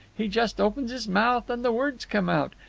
he just opens his mouth and the words come out.